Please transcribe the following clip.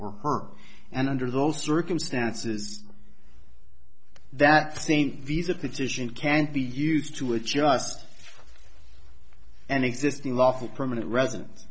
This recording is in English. or her and under those circumstances that same visa petition can't be used to adjust an existing lawful permanent resident